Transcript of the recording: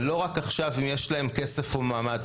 זה לא רק עכשיו אם יש להם כסף או מעמד,